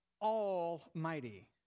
almighty